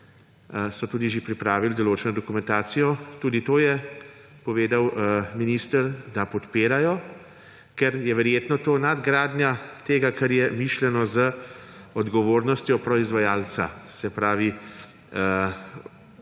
so tudi že pripravili določeno dokumentacijo. Tudi to je povedal minister, da podpirajo, ker je verjetno to nadgradnja tega, kar je mišljeno z odgovornostjo proizvajalca, se pravi odgovornost